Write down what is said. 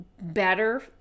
better